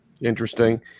Interesting